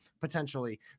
potentially